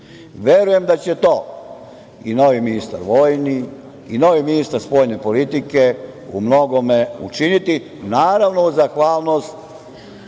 sile. Verujem da će to i novi ministar vojni i novi ministar spoljne politike u mnogome učiniti, naravno uz zahvalnost